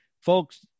Folks